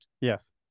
yes